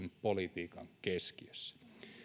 politiikan keskiössä